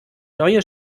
neue